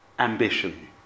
Ambition